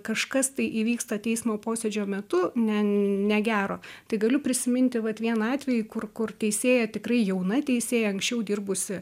kažkas tai įvyksta teismo posėdžio metu ne negero tai galiu prisiminti vat vieną atvejį kur kur teisėja tikrai jauna teisėja anksčiau dirbusi